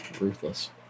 ruthless